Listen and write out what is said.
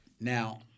Now